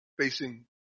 facing